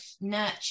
nurture